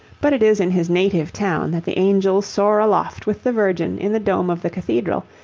but it is in his native town that the angels soar aloft with the virgin in the dome of the cathedral,